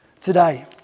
Today